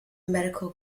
medical